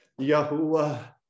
Yahuwah